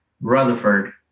Rutherford